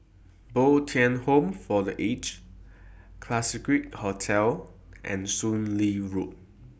Bo Tien Home For The Aged Classique Hotel and Soon Lee Road